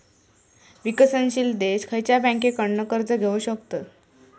विकसनशील देश खयच्या बँकेंकडना कर्ज घेउ शकतत?